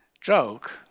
joke